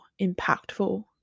impactful